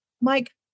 Mike